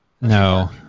No